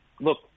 look